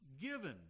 given